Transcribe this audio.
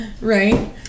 Right